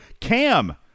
Cam